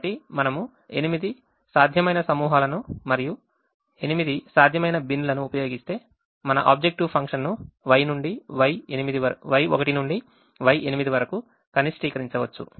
కాబట్టి మనము 8 సాధ్యమైన సమూహాలను మరియు 8 సాధ్యమైన బిన్ లను ఉపయోగిస్తే మన ఆబ్జెక్టివ్ ఫంక్షన్ ను Y1నుండి Y8 వరకు కనిష్టీకరించవచ్చు